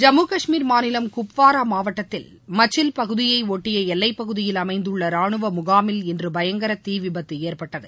ஜம்முகஷ்மீர் மாநிலம் குப்வாரா மாவட்டத்தில் மெக்கில் பகுதியை ஒட்டிய எல்லைப்பகுதியில் அமைந்துள்ள ராணுவ முகாமில் இன்று பயங்கர தீவிபத்து ஏற்பட்டது